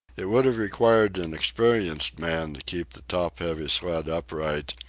it would have required an experienced man to keep the top-heavy sled upright,